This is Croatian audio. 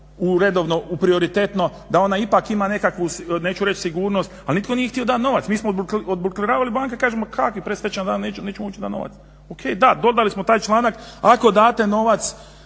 u redovno, u prioritetno, da ona ipak ima nekakvu, neću reć sigurnost ali nitko nije htio dati novac. Mi smo odblokirali banke, kažem ma kakvi presvećan dan, neću moći dati novac. Ok, da dodali smo taj članak, ako date novac